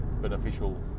beneficial